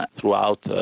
throughout